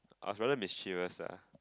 I was rather mischievous ah